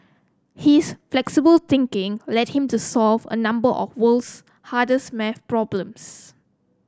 his flexible thinking led him to solve a number of world's hardest maths problems